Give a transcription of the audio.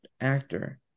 actor